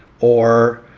or